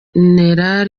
ukomoka